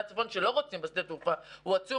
הצפון שלא רוצים בשדה התעופה הוא עצום,